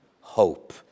hope